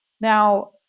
Now